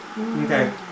Okay